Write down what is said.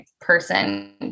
person